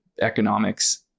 economics